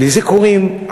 לזה קוראים,